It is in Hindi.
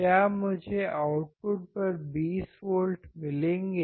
क्या मुझे आउटपुट पर 20 वोल्ट मिलेंगे